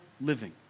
living